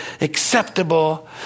acceptable